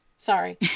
sorry